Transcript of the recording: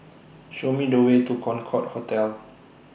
Show Me The Way to Concorde Hotel